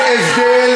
לא הייתה אפשרות,